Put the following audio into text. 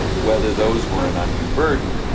whether those were an undue burden.